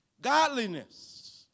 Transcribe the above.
Godliness